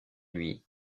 lui